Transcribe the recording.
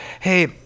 hey